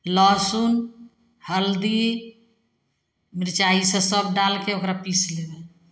लहसुन हल्दी मिरचाइ ईसब सब डालिके ओकरा पीसि लेबै